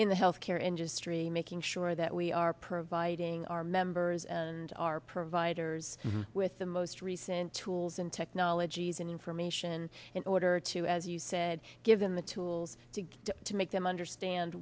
in the health care industry making sure that we are providing our members and our providers with the most recent tools and technologies and information in order to as you said given the tools to go to make them understand